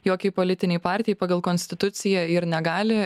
jokiai politinei partijai pagal konstituciją ir negali